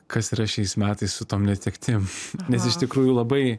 kas yra šiais metais su tom netektim nes iš tikrųjų labai